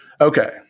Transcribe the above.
okay